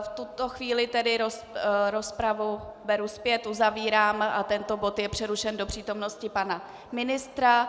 V tuto chvíli tedy rozpravu beru zpět, uzavírám a tento bod je přerušen do přítomnosti pana ministra.